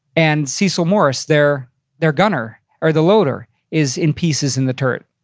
and cecil morris, their their gunner or the loader, is in pieces in the turret.